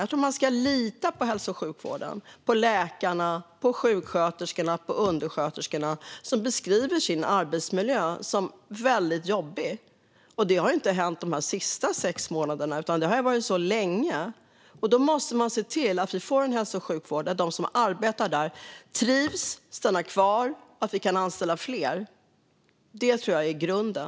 Jag tror att man ska lita på hälso och sjukvården, på läkarna och sjuksköterskorna och undersjuksköterskorna som beskriver sin arbetsmiljö som väldigt jobbig. Och det har inte hänt de senaste sex månaderna, utan det har varit så länge. Då måste vi se till att vi får en hälso och sjukvård där de som arbetar där trivs och stannar kvar och att vi kan anställa fler. Det tror jag är grunden.